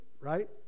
right